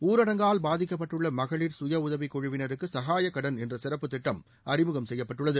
ஊரடங்கால் பாதிக்கப்பட்டுள்ள மகளிர் சுயஉதவிக் குழுவினருக்கு சகாய கடன் என்ற சிறப்புத் திட்டம் அறிமுகம் செய்யப்பட்டுள்ளது